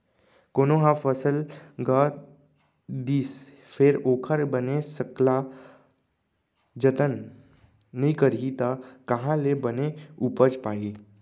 कोनो ह फसल गा दिस फेर ओखर बने सकला जतन नइ करही त काँहा ले बने उपज पाही